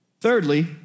Thirdly